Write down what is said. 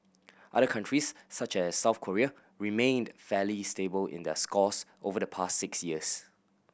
other countries such as South Korea remained fairly stable in their scores over the past six years